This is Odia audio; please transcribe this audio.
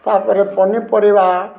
ତାପରେ ପନିପରିବା